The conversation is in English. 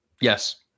Yes